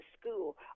school